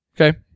Okay